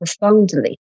profoundly